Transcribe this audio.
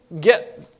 get